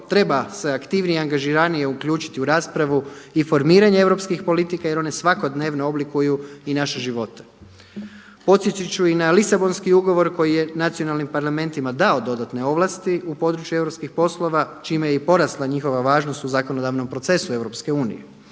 treba se aktivnije i angažiranije uključiti u raspravu i formiranje europskih politika jer one svakodnevno oblikuju i naše živote. Podsjetit ću ina Lisabonski ugovor koji je nacionalnim parlamentima dao dodatne ovlasti u području europskih poslova čime je i porasla njihova važnost u zakonodavnom procesu EU.